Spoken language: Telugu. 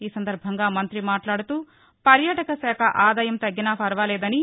ఈ సందర్బంగా మంత్రి మాట్లాడుతూ పర్యాటక శాఖ ఆదాయం తగ్గినా ఫర్వాలేదని